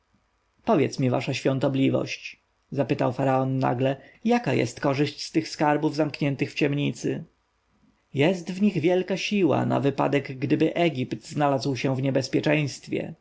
powiedz mi wasza dostojność zapytał faraon nagle jaka jest korzyść z tych skarbów zamkniętych w ciemnicy jest w nich wielka siła na wypadek gdyby egipt znalazł się w niebezpieczeństwie